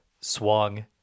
swung